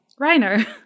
Reiner